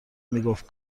میگفت